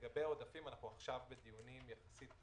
לגבי העודפים אנחנו עכשיו בדיונים מתקדמים יחסית